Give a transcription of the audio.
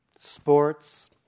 sports